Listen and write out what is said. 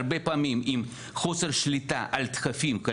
הרבה פעמים חוסר שליטה על דחפים,